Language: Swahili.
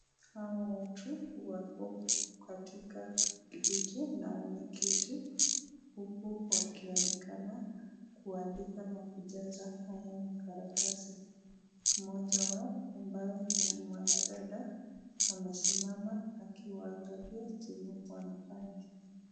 Hawa watu wako katika viti na wameketi, huku wakionekana kuandika na kujaza haya makaratasi. Mmoja wao, ambaye ni mwanadada, amesimama akiwaangalia chenye wanafanya.